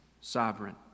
sovereign